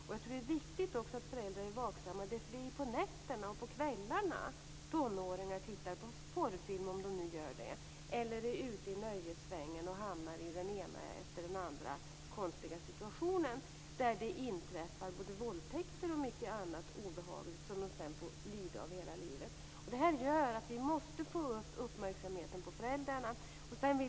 Det är viktigt att föräldrar är vaksamma, för det är på kvällarna och nätterna tonåringarna ser på porrfilmer - om de nu gör det - eller är ute i nöjessvängen och hamnar i den ena eller andra konstiga situationen där det inträffar våldtäkter och annat obehagligt, som de sedan får lida av hela livet. Vi måste väcka uppmärksamheten hos föräldrarna.